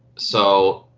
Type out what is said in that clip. so,